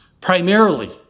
Primarily